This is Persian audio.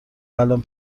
الان